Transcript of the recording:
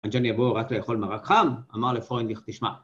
על זה אני אבוא רק לאכול מרק חם, ‫אמר לפרוינדיך, תשמע.